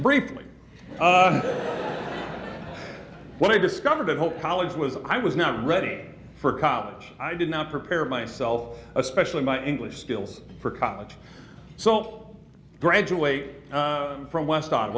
briefly when i discovered that whole college was i was not ready for college i did not prepare myself especially my english skills for college so graduate from west s